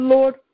Lord